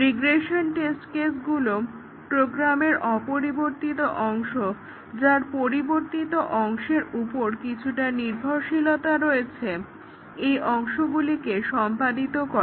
regression test কেসগুলো প্রোগ্রামের অপরিবর্তিত অংশ যার পরিবর্তিত অংশের উপর কিছুটা নির্ভরশীলতা আছে এই অংশগগুলিকে সম্পাদিত করে